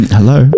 Hello